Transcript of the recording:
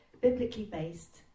biblically-based